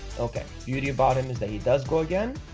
okay beauty about him is that he does go again